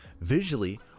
visually